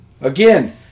Again